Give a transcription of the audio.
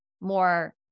more